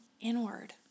inward